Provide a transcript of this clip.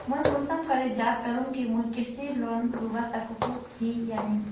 मुई कुंसम करे जाँच करूम की मुई कृषि लोन लुबा सकोहो ही या नी?